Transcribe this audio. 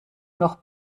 noch